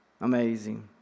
Amazing